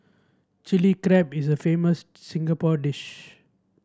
Chilli Crab is a famous Singapore dish